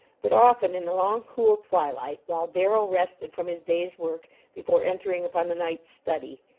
but often in the long, cool twilight, while darrell rested from his day's work before entering upon the night's study,